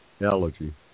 allergy